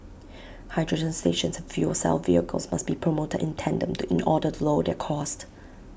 hydrogen stations and fuel cell vehicles must be promoted in tandem to in order to lower their cost